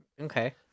Okay